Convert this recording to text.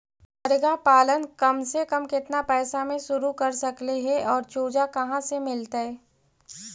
मरगा पालन कम से कम केतना पैसा में शुरू कर सकली हे और चुजा कहा से मिलतै?